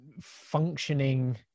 functioning